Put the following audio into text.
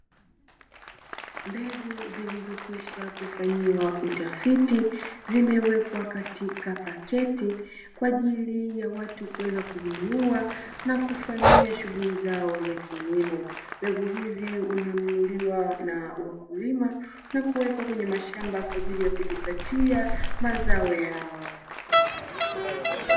Mbegu zilizokwisha kufanyiwa utafiti zimewekwa katika pakiti kwa ajili ya watu kuweza kununua na kufanyia shughuli zao za kilimo. Mbegu hizi hununuliwa na wakulima na kuwekwa kwenye mashamba kwa ajili ya kujipatia mazao yao.